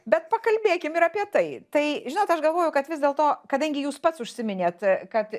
bet pakalbėkim ir apie tai tai žinot aš galvoju kad vis dėlto kadangi jūs pats užsiminėt kad